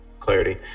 Clarity